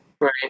Right